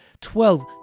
twelve